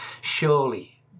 Surely